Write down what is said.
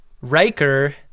Riker